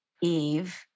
eve